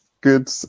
good